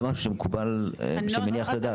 להגיע למשהו שמניח את הדעת.